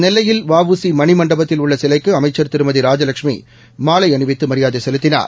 நெல்லையில் வ உ சி மணிமண்டபத்தில் உள்ள சிலைக்கு அமைச்சி திருமதி ராஜலஷ்மி மாலை அணிவித்து மரியாதை செலுத்தினார்